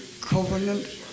covenant